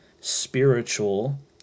spiritual